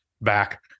back